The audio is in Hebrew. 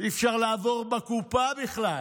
אי-אפשר לעבור בקופה בכלל.